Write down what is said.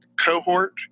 cohort